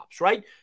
right